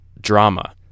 drama